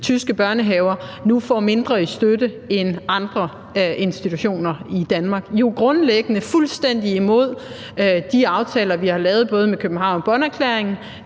tyske børnehaver nu får mindre i støtte end andre institutioner i Danmark. Og det er jo grundlæggende fuldstændig imod de aftaler, vi har lavet med både Københavnerklæringen